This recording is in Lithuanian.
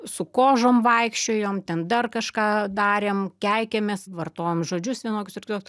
su kožom vaikščiojom ten dar kažką darėm keikiamės vartojom žodžius vienokius ar kitokius